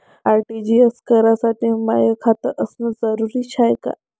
RTGS करासाठी माय खात असनं जरुरीच हाय का?